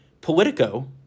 Politico